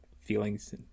feelings